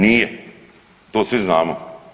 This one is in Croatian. Nije, to svi znamo.